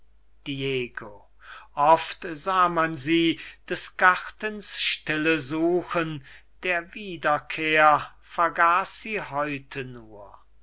oft sah man sie des gartens stille suchen der wiederkehr vergaß sie heute nur